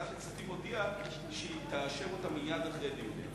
ועדת הכספים הודיעה שהיא תאשר אותה מייד אחרי דיוניה.